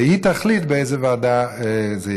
והיא תחליט לאיזו ועדה זה יעבור.